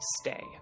stay